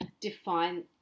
define